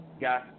got